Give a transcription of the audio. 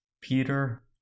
Peter